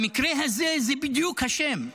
במקרה הזה זה בדיוק השם,